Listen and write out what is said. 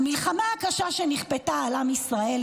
המלחמה הקשה שנכפתה על עם ישראל",